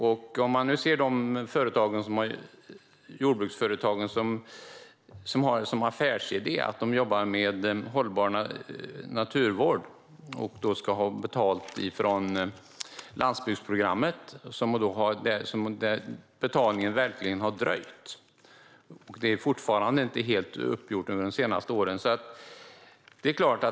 För de jordbruksföretag som har som affärsidé att jobba med hållbar naturvård och som ska ha betalt från landsbygdsprogrammet har betalningen verkligen dröjt. Det är fortfarande inte helt uppgjort för de senaste åren.